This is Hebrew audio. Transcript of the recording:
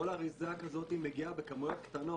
כל אריזה כזאת מגיעה בכמויות קטנות.